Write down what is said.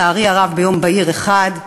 שלצערי הרב ביום בהיר אחד,